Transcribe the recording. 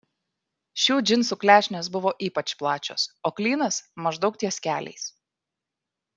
šių džinsų klešnės buvo ypač plačios o klynas maždaug ties keliais